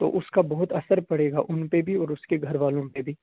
تو اس کا بہت اثر پڑے گا ان پہ بھی اور اس کے گھر والوں پہ بھی